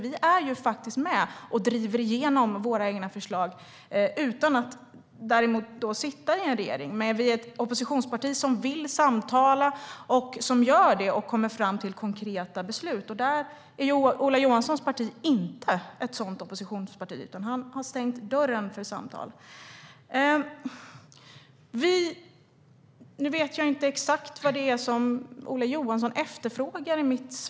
Vi är nämligen med och driver igenom våra förslag utan att för den skull sitta i en regering. Vi är ett oppositionsparti som vill samtala, som gör det och som kommer fram till konkreta beslut. Ola Johanssons parti är inte ett sådant oppositionsparti, utan han har stängt dörren för samtal. Jag vet inte exakt vad det är Ola Johansson efterfrågar.